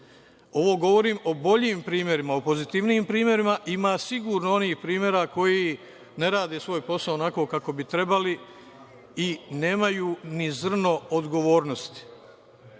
Ovo govorim o boljim primerima, o pozitivnijim primerima. Ima sigurno i onih primera koji ne rade svoj posao onako kako bi trebali i nemaju ni zrno odgovornosti. Znate